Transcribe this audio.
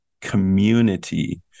community